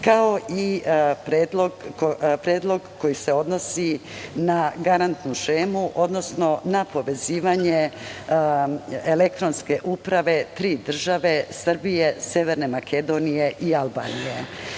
kao i Predlog koji se odnosi na garantnu šemu, odnosno na povezivanje elektronske uprave tri države Srbije, Severne Makedonije i Albanije. Najpre,